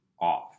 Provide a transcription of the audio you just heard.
off